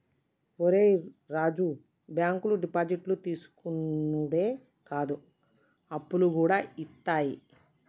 ఒరే రాజూ, బాంకులు డిపాజిట్లు తీసుకునుడే కాదు, అప్పులుగూడ ఇత్తయి